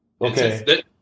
Okay